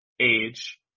age